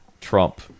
trump